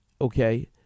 okay